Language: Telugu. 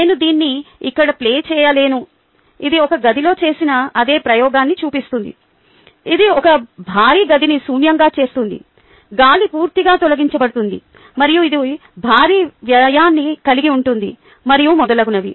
నేను దీన్ని ఇక్కడ ప్లే చేయలేను ఇది ఒక గదిలో చేసిన అదే ప్రయోగాన్ని చూపిస్తుంది ఇది ఒక భారీ గదిని శూన్యంగా చేస్తుంది గాలి పూర్తిగా తొలగించబడుతుంది మరియు ఇది భారీ వ్యయాన్ని కలిగి ఉంటుంది మరియు మొదలగునవి